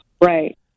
Right